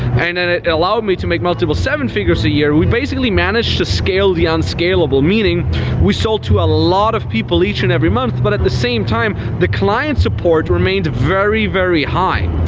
and then it allowed me to make multiple seven figures a year, we basically managed to scale the unscalable, meaning we sold to a lot of people each and every month, but at the same time, the client support remained very, very high.